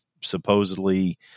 supposedly